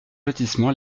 lotissement